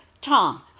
Tom